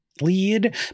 lead